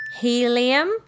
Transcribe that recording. Helium